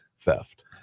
theft